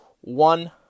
one